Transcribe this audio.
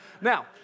Now